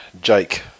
Jake